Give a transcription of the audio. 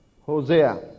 Hosea